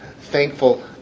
thankful